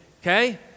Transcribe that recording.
okay